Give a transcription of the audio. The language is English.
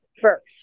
first